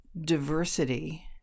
diversity